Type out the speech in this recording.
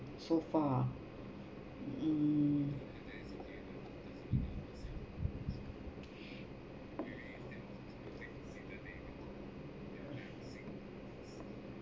so far ah mm